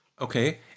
Okay